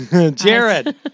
Jared